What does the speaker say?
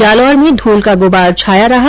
जालौर में धूल का गुबार छाया रहा